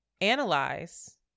analyze